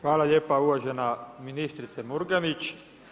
Hvala lijepa uvažena ministrice Murganić.